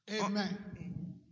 Amen